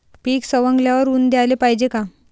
पीक सवंगल्यावर ऊन द्याले पायजे का?